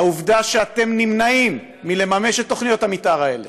בעובדה שאתם נמנעים מלממש את תוכניות המתאר האלה